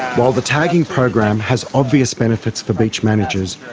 while the tagging program has obvious benefits for beach managers,